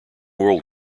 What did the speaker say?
world